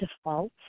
default